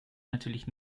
natürlich